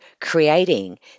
creating